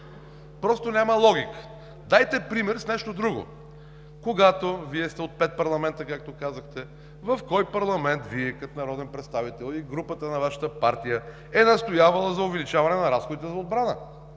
Просто няма логика. Дайте пример с нещо друго. Вие се от пет парламента, както казахте. В кой парламент Вие като народен представител и групата на Вашата партия е настоявала за увеличаване на разходите за отбрана?